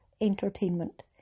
entertainment